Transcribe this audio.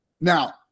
now